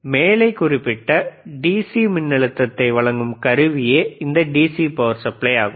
மேலே குறிப்பிட்ட டீசி மின்னழுத்தத்தை வழங்கும் கருவியே இந்த டிசி பவர் சப்ளை ஆகும்